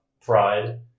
pride